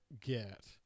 get